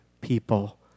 people